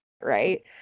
right